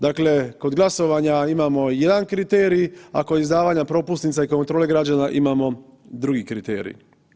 Dakle, kod glasovanja imamo jedan kriterij, a kod izdavanja propusnica i kontrole građana imamo drugi kriterij.